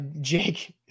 Jake